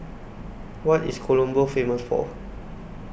What IS Colombo Famous For